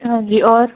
हांजी और